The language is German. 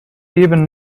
eben